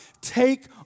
take